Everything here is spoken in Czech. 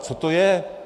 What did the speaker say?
Co to je?